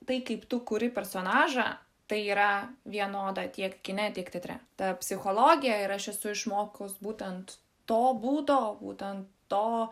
tai kaip tu kuri personažą tai yra vienoda tiek kine tiek teatre ta psichologija ir aš esu išmokus būtent to būdo būtent to